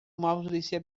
maurice